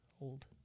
old